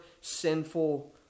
sinful